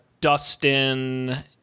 Dustin